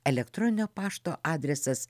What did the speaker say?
elektroninio pašto adresas